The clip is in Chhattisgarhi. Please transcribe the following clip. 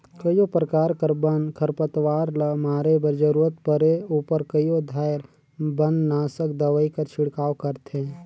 कइयो परकार कर बन, खरपतवार ल मारे बर जरूरत परे उपर कइयो धाएर बननासक दवई कर छिड़काव करथे